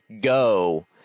go